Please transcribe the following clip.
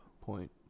point